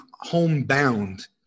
homebound